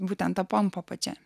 būtent ta pompa pačiam